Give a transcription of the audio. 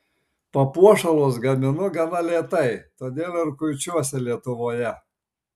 papuošalus gaminu gana lėtai todėl ir kuičiuosi lietuvoje